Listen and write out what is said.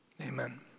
Amen